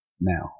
now